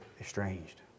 estranged